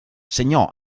segnò